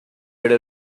pero